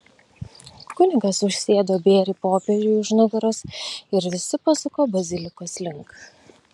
kunigas užsėdo bėrį popiežiui už nugaros ir visi pasuko bazilikos link